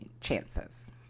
chances